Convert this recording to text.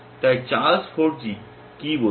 তাই চার্লস ফোরজি কি বলেছেন